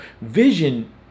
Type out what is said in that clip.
Vision